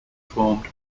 formed